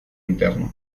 interno